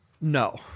no